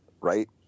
right